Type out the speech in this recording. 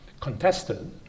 contested